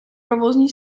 provozní